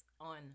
on